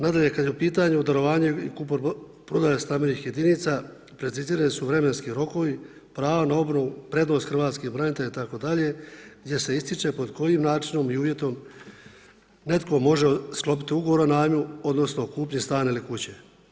Nadalje, kad je u pitanju darovanje i kupoprodaja stambenih jedinica precizirani su vremenski rokovi, prava na obnovu, prednost hrvatskih branitelja itd. gdje se ističe pod kojim načinom i uvjetom netko može sklopiti ugovor o najmu odnosno kupiti stan ili kuće.